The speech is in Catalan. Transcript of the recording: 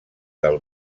del